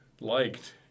liked